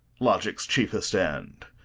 logic's chiefest end?